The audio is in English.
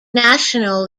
national